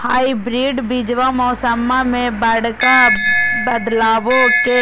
hybrid बीजावा मौसम्मा मे बडका बदलाबो के